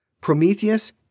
Prometheus